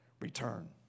Return